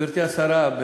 גברתי השרה,